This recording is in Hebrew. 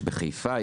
יש בחיפה.